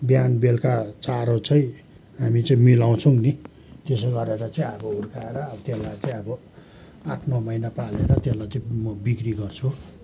बिहान बेलुका चारो चाहिँ हामी चाहिँ मिलाउँछौँ नि त्यसो गरेर चाहिँ अब हुर्काएर त्यसलाई चाहिँ अब आठ नौ महिना पालेर त्यसलाई चाहिँ म बिक्री गर्छु